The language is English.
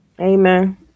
amen